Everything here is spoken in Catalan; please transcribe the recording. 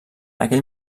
aquell